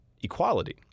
equality